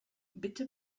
bitte